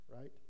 right